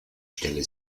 stelle